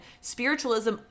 spiritualism